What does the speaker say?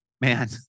Man